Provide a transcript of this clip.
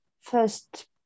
first